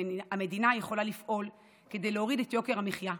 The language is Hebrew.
המדינה יכולה לפעול להוריד את יוקר המחיה,